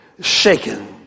shaken